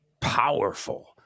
powerful